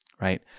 right